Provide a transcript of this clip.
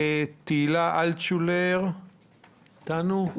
תהילה אלטשולר איתנו?